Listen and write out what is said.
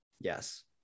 yes